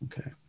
okay